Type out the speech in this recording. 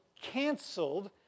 canceled